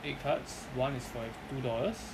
egg tarts one is for two dollars